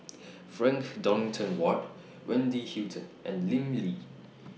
Frank Dorrington Ward Wendy Hutton and Lim Lee